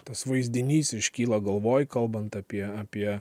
tas vaizdinys iškyla galvoj kalbant apie apie